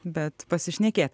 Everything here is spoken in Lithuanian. bet pasišnekėt